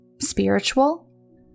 Spiritual